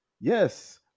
Yes